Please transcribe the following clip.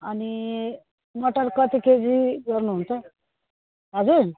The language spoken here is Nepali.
अनि मटर कति केजी गर्नु हुन्छ हजुर